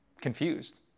Confused